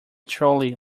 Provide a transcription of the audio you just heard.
trolley